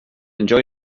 enjoy